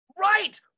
Right